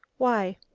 why?